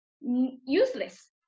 useless